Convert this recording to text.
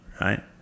right